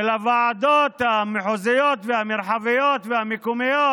של הוועדות המחוזיות והמרחביות והמקומיות.